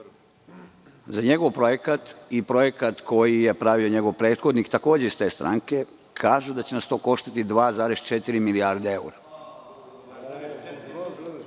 za njegov projekat i projekat koji je pravio njegov prethodnik, takođe iz te stranke, kažu da će nas to koštati 2,4 milijarde evra.